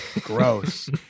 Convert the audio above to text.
gross